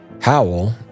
Howell